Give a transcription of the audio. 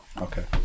Okay